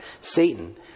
Satan